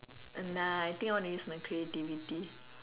nah I think I want to use my creativity